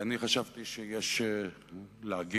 אני חשבתי שלעתים יש להגיב,